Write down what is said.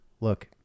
Look